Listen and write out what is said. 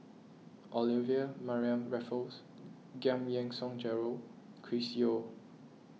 Olivia Mariamne Raffles Giam Yean Song Gerald Chris Yeo